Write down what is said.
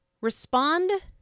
respond